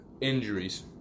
Injuries